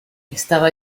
estaba